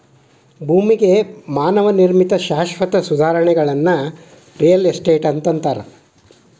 ಭೂಮಿಗೆ ಮಾನವ ನಿರ್ಮಿತ ಶಾಶ್ವತ ಸುಧಾರಣೆಗಳನ್ನ ರಿಯಲ್ ಎಸ್ಟೇಟ್ ಅಂತಾರ